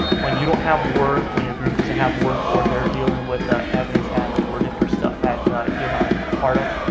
when you don't have work, when your group doesn't have work or they're dealing with ah evidence and and or different stuff that you're not ah part of,